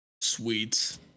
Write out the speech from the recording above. Sweet